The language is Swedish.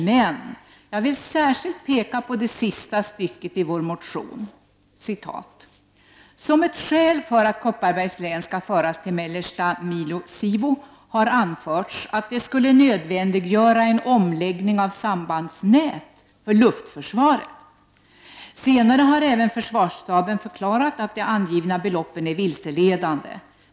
Särskilt vill jag emellertid peka på de två sista styckena där: ”Som ett skäl för att Kopparbergs län ska föras till mellersta milo/civo har tidigare anförts att det skulle nödvändiggöra en omläggning av sambandsnät för luftförsvaret. Men senare har även försvarsstaben förklarat att de angivna beloppen är vilseledande.